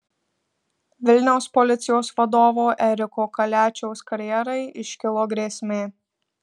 vilniaus policijos vadovo eriko kaliačiaus karjerai iškilo grėsmė